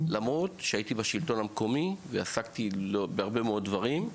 למרות שהייתי בשלטון המקומי ועסקתי בהרבה מאוד דברים,